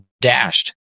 dashed